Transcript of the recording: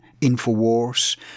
Infowars